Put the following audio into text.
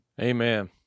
Amen